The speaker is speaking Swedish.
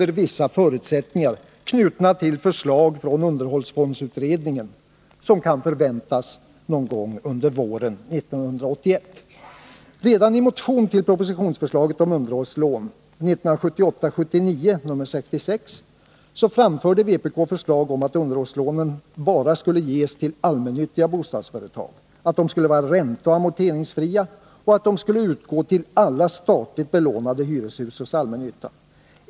der vissa förutsättningar, knutna till förslag från underhållsfondsutredningen, som kan förväntas någon gång under våren 1981. Redan i motion till propositionsförslaget om underhållslånen, 1978/79:66, framförde vpk förslag om att underhållslån bara skulle ges till allmännyttiga bostadsföretag, att de skulle vara ränteoch amorteringsfria och att de skulle utgå till alla statligt belånade hyreshus hos allmännyttan.